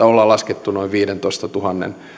ollaan laskettu noin viidentoistatuhannen